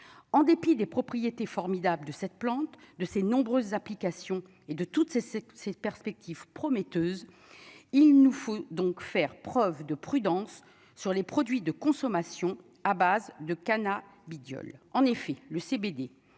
en dépit des propriétés formidables de cette plante de ses nombreuses applications et de toutes ces ces, ces perspectives prometteuses, il nous faut donc faire preuve de prudence sur les produits de consommation à base de Cana bidule en effet le CBD